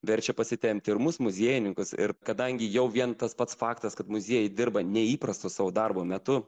verčia pasitempti ir mus muziejininkus ir kadangi jau vien tas pats faktas kad muziejai dirba neįprastu savo darbo metu